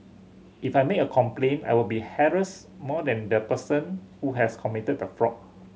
if I make a complaint I will be harassed more than the person who has committed the fraud